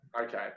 Okay